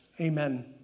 Amen